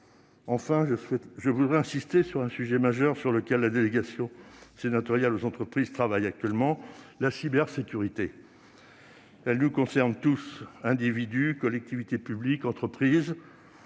Enfin, je voudrais insister sur un sujet majeur sur lequel la délégation sénatoriale aux entreprises travaille actuellement : la cybersécurité. Ce sujet nous concerne tous, individus, collectivités publiques, entreprises.